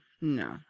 No